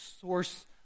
source